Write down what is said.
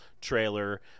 trailer